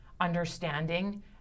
understanding